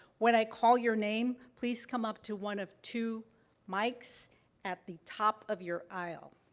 when i call your name, please come up to one of two mics at the top of your aisle.